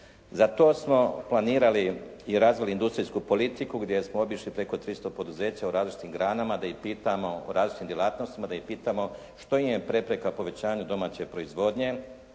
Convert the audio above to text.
Za to smo planirali i razvili industrijsku politiku gdje smo obišli preko 300 poduzeća u različitim granama da ih pitamo, u različitim djelatnostima da ih pitamo što im je prepreka povećanju domaće proizvodnje,